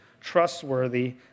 trustworthy